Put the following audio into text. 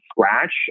scratch